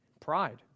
pride